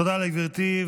תודה לגברתי.